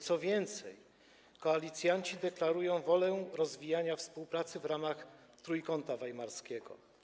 Co więcej, koalicjanci deklarują wolę rozwijania współpracy w ramach Trójkąta Weimarskiego.